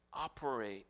operate